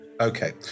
Okay